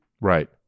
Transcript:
Right